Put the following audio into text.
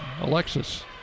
Alexis